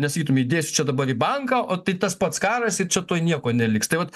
nesakytum įdėsiu čia dabar į banką o tai tas pats karas ir čia tuoj nieko neliks tai vat